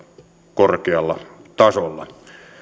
korkealla tasolla